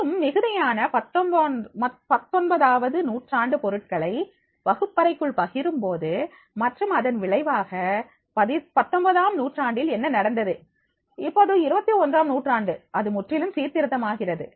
மற்றும் மிகுதியான பத்தொன்பதாவது நூற்றாண்டு பொருட்களை வகுப்பறைக்குள் பகிரும்போது மற்றும் அதன் விளைவாக 19ஆம் நூற்றாண்டில் என்ன நடந்தது இப்போது 21 ஆம் நூற்றாண்டு அது முற்றிலும் சீர்திருத்தம் ஆகிறது